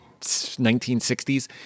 1960s